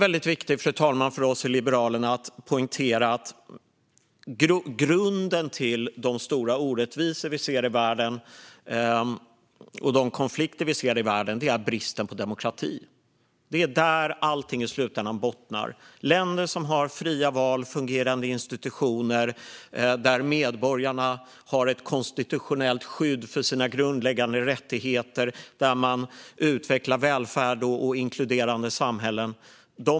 För Liberalerna är det också viktigt att poängtera att grunden för de stora orättvisor och konflikter som vi ser i världen är bristen på demokrati. Det är där allt bottnar i slutänden. Människor flyr inte från länder som har fria val och fungerande institutioner, där medborgarna har ett konstitutionellt skydd för sina grundläggande rättigheter och där man utvecklar välfärd och inkluderande samhällen.